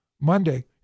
Monday